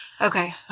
Okay